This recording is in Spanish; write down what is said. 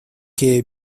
que